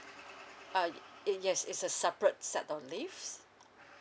uh y~ yes it's a separate set of leaves